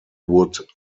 wood